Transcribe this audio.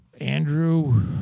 Andrew